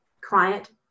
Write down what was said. client